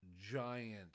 giant